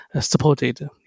supported